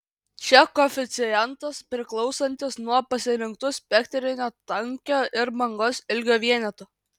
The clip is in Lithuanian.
čia koeficientas priklausantis nuo pasirinktų spektrinio tankio ir bangos ilgio vienetų